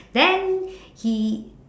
then he